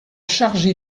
chargé